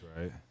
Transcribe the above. right